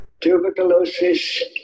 Tuberculosis